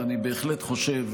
אבל אני בהחלט חושב,